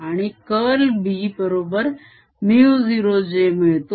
आणि curl B बरोबर μ0j मिळतो